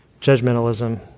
judgmentalism